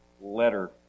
letter